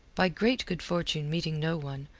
by great good fortune meeting no one,